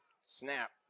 Snap